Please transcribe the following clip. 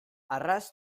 arras